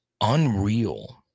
unreal